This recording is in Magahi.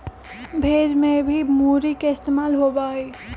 भेज में भी मूरी के इस्तेमाल होबा हई